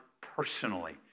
personally